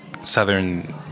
southern